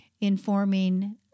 informing